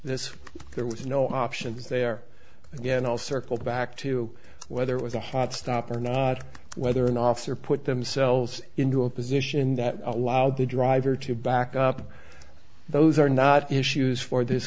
this there was no options there again i'll circle back to whether it was a hot stop or not whether an officer put themselves into a position that allowed the driver to back up those are not issues for this